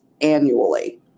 annually